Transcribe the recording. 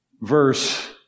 verse